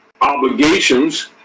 obligations